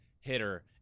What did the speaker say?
hitter